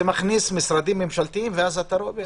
זה מכניס משרדים ממשלתיים, ואז אתה רואה.